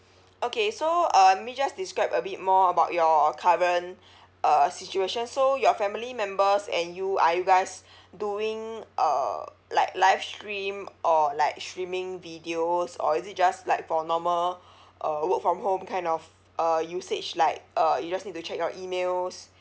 okay so uh maybe just describe a bit more about your current uh situation so your family members and you are you guys doing uh like live stream or like streaming videos or is it just like for normal uh work from home kind of uh usage like uh you just need to check your emails